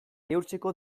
neurtzeko